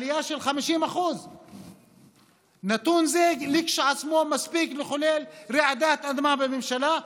עלייה של 50%. נתון זה כשלעצמו מספיק לחולל רעידת אדמה בממשלה,